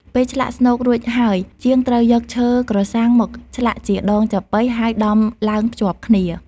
ពេលឆ្លាក់ស្នូករួចហើយ ជាងត្រូវយកឈើក្រសាំងមកឆ្លាក់ជា ដងចាប៉ី ហើយដំឡើងភ្ជាប់គ្នា។